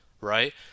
right